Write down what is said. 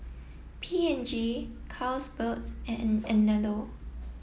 P and G Carlsberg and Anello